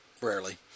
rarely